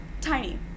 tiny